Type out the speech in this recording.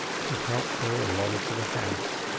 he helped her along to the house,